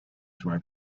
through